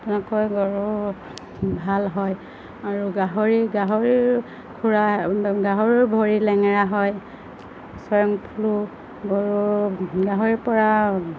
তেনেকৈ গৰু ভাল হয় আৰু গাহৰি গাহৰিৰ খুৰা গাহৰিৰ ভৰি লেঙেৰা হয় স্বাইন ফ্লু গৰু গাহৰিৰ পৰা